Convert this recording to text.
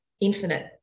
infinite